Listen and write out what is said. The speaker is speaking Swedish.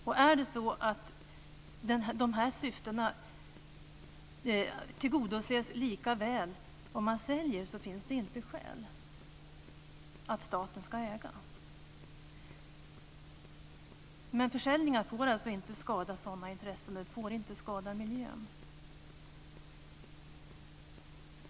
Om syftena tillgodoses lika väl vid en försäljning finns det inte skäl att staten ska äga. Försäljningen får inte skada sådana intressen och får inte skada miljön.